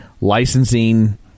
licensing